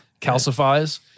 calcifies